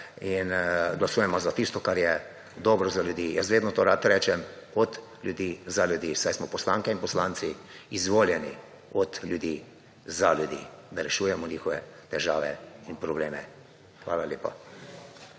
in glasujemo za tisto kar je dobro za ljudi. Jaz vedno to rad rečem, od ljudi za ljudi, saj smo poslanke in poslanci izvoljeni od ljudi za ljudi, da rešujemo njihove težave in probleme. Hvala lepa.